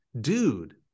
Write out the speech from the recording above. dude